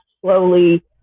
slowly